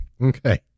Okay